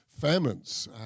famines